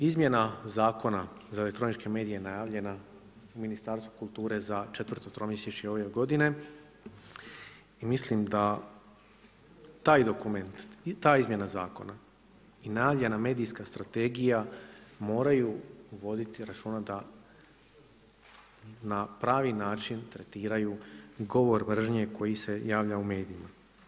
Izmjena Zakona za elektroničke medije najavljena u Ministarstvu kulture za četvrto tromjesečje ove godine i mislim da taj dokument i ta izmjena zakona i najavljena medijska strategija moraju voditi računa da na pravi način tretiraju govor mržnje koji se javlja u medijima.